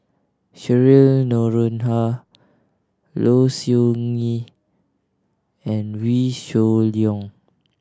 Cheryl Noronha Low Siew Nghee and Wee Shoo Leong